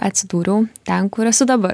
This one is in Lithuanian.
atsidūriau ten kur esu dabar